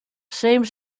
same